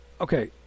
okay